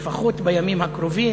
לפחות בימים הקרובים,